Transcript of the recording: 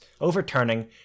overturning